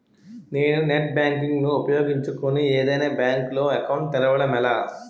నేను net banking ను ఉపయోగించుకుని ఏదైనా బ్యాంక్ లో అకౌంట్ తెరవడం ఎలా?